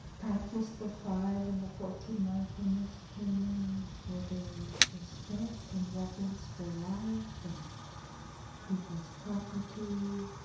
practice the five and the fourteen mindfulness trainings, where there is respect and reverence for life, and people's property,